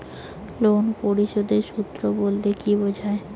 Loan পরিশোধের সূএ বলতে কি বোঝায়?